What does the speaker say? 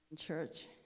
Church